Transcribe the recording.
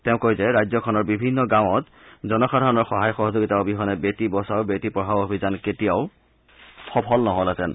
তেওঁ কয় যে ৰাজ্যখনৰ বিভিন্ন গাঁৱত জনসাধাৰণৰ সহায় সহযোগিতা অবিহনে বেটী বচাও বেটী পঢ়াও অভিযান কেতিয়াও সফল নহলহেঁতেন